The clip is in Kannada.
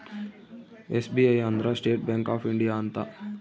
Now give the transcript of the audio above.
ಎಸ್.ಬಿ.ಐ ಅಂದ್ರ ಸ್ಟೇಟ್ ಬ್ಯಾಂಕ್ ಆಫ್ ಇಂಡಿಯಾ ಅಂತ